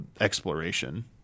exploration